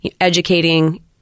educating